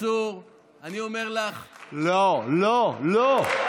לא לא לא.